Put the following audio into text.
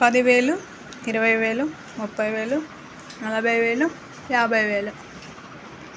పది వేలు ఇరవై వేలు ముప్పై వేలు నలభై వేలు యాభై వేలు